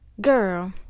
Girl